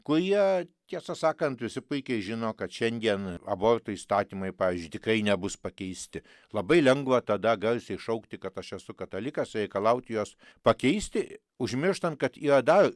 kurie tiesą sakant visi puikiai žino kad šiandien abortų įstatymai pavyzdžiui tikrai nebus pakeisti labai lengva tada garsiai šaukti kad aš esu katalikas reikalauti juos pakeisti užmirštant kad yra dar